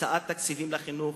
הקצאת תקציבים לחינוך,